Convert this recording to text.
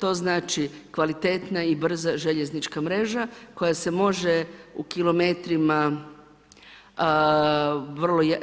TO znači kvalitetna i brza željeznička mreža koja se može u kilometrima